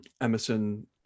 Emerson